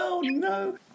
No